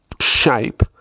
shape